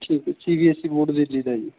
ਠੀਕ ਹੈ C B S E board ਦਾ ਜੀ